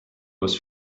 was